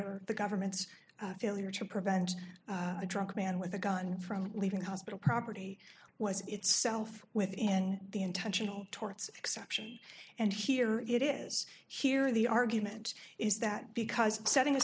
are the government's failure to prevent a drunk man with a gun from leaving the hospital property was itself with and the intentional torts exception and here it is here the argument is that because setting